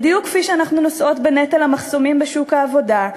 בדיוק כפי שאנחנו נושאות בנטל המחסומים בשוק העבודה,